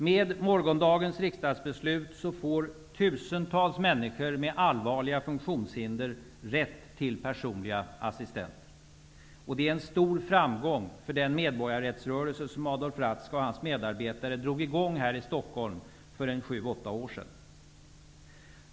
Med morgondagens riksdagsbeslut får tusentals människor med allvarliga funktionshinder rätt till personliga assistenter. Det är en stor framgång för den medborgarrättsrörelse som Adolf Ratzka och hans medarbetare drog i gång här i Stockholm för sju åtta år sedan.